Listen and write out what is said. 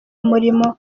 umurimo